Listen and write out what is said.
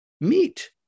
meat